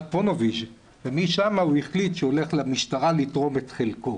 פונוביז' ומשם הוא החליט שהוא הולך למשטרה לתרום את חלקו.